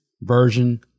version